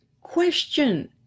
Question